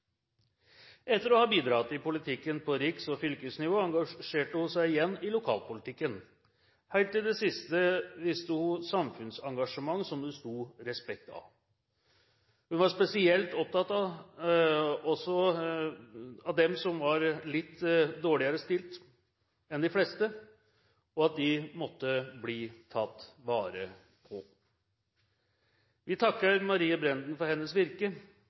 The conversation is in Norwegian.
Etter å ha bidratt i politikken på riks- og fylkesnivå engasjerte hun seg igjen i lokalpolitikken. Helt til det siste viste hun et samfunnsengasjement som det sto respekt av. Hun var spesielt opptatt av at også dem som var litt dårligere stilt enn de fleste, måtte bli tatt vare på. Vi takker Marie Brenden for hennes virke